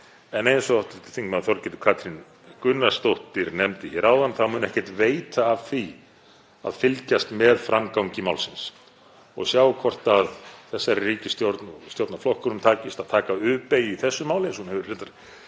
En eins og hv. þm. Þorgerður Katrín Gunnarsdóttir nefndi hér áðan þá mun ekkert veita af því að fylgjast með framgangi málsins og sjá hvort þessari ríkisstjórn og stjórnarflokkunum takist að taka U-beygju í þessu máli, eins og hún hefur reyndar